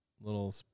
little